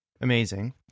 amazing